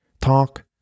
talk